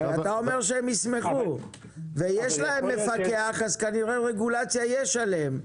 אתה אומר שהם ישמחו ויש להם מפקח אז כנראה רגולציה יש עליהם.